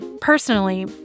Personally